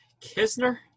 Kisner